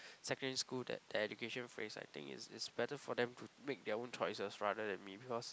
secondary school that that education phase I think is is better for them to make their own choices rather than me because